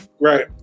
Right